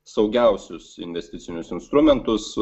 saugiausius investicinius instrumentus